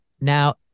now